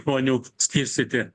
žmonių skirstyti